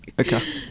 Okay